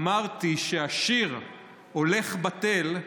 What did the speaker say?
אמרתי בטעות שהשיר "הולך בטל"